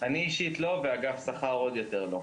אני אישית לא ואגף שכר עוד יותר לא.